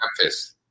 Memphis